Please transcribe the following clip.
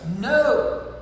no